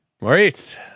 Maurice